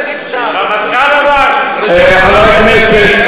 חבר הכנסת.